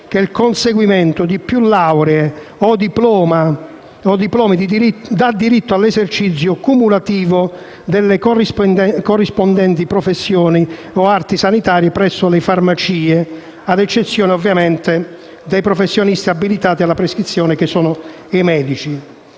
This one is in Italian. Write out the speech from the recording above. che il conseguimento di più lauree o diplomi dia diritto all'esercizio cumulativo delle corrispondenti professioni o arti sanitarie presso le farmacie, ad eccezione, ovviamente, dei professionisti abilitati alla prescrizione dei medicinali,